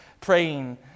praying